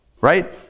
right